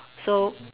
so